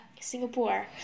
Singapore